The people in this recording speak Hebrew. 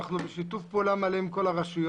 אנחנו בשיתוף פעולה מלא עם כל הרשויות,